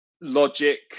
logic